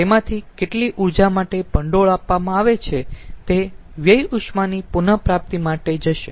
તેમાંથી કેટલી ઊર્જા માટે ભંડોળ આપવામાં આવે છે તે વ્યય ઉષ્માની પુનપ્રાપ્તિ માટે જશે